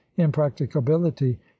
impracticability